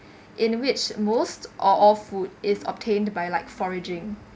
in which most or all food is obtained by like foraging